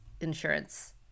insurance